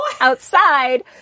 outside